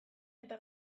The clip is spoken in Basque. eta